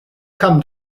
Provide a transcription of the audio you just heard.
come